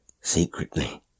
secretly